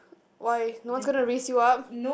why no one is gonna raise you up